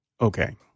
Okay